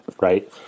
right